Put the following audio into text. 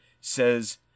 says